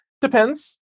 depends